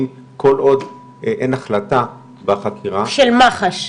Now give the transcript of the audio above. כל עוד אין החלטה בחקירה --- של מח"ש.